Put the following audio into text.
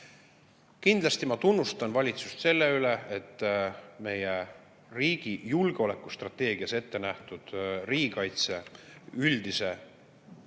Kindlasti tunnustan ma valitsust selle eest, et meie riigi julgeolekustrateegias ettenähtud riigikaitse üldise tasandi